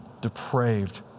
depraved